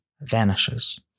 vanishes